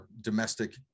domestic